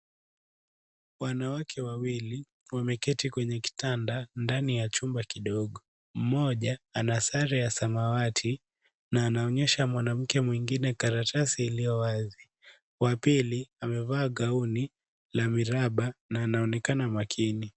Wanawake wawili wameketi kwenye kitanda ndani ya chumba kidogo, mmoja ana sare ya samawati na anaonyesha mwanamke mwingine karatasi iliyo wazi, wa pili amevaa gaoni la miraba na anaonekana makini.